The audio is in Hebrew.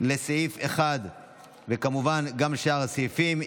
לסעיף 1 וכמובן גם לשאר הסעיפים,